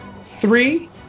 three